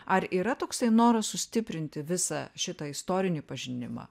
ar yra toksai noras sustiprinti visą šitą istorinį pažinimą